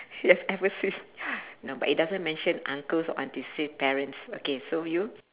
you have ever seen no but it doesn't mention uncles or aunties say parents okay so you